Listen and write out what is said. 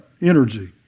Energy